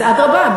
אז אדרבה,